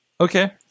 Okay